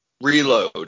reload